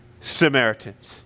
Samaritans